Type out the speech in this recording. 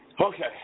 Okay